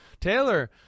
Taylor